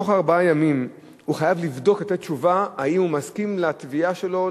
תוך ארבעה ימים הוא חייב לבדוק ולתת תשובה אם הוא מסכים לתביעה שלו,